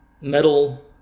metal